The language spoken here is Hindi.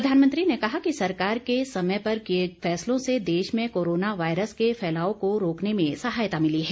प्रधानमंत्री ने कहा कि सरकार के समय पर किए फैसलों से देश में कोरोना वायरस के फैलाव को रोकने में सहायता मिली है